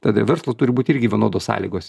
tad ir verslui turi būt irgi vienodos sąlygos